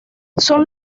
son